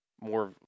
more